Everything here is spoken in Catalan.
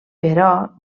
però